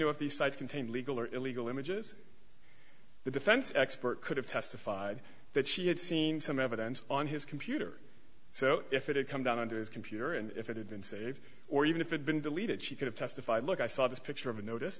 know if these sites contain legal or illegal images the defense expert could have testified that she had seen some evidence on his computer so if it had come down on his computer and if it had been saved or even if it been deleted she could have testified look i saw this picture of a notice